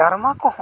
drama